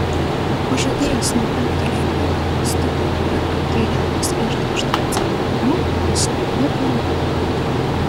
pažadėjęs nupirkti naują lango stiklą ir apklijavęs išdaužtą celofanu įsliuogiu į lovą